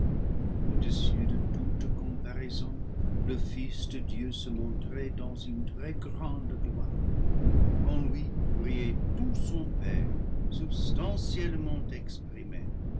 au-dessus de toute comparaison le fils de dieu se montrait dans une très-grande gloire en lui brillait tout son père substantiellement exprimé